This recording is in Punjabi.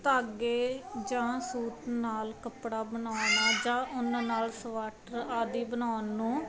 ਧਾਗੇ ਜਾਂ ਸੂਤ ਨਾਲ ਕੱਪੜਾ ਬਣਾਉਣਾ ਜਾਂ ਉਹਨਾਂ ਨਾਲ ਸਵਾਟਰ ਆਦਿ ਬਣਾਉਣ ਨੂੰ